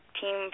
team